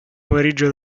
pomeriggio